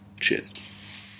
cheers